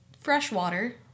freshwater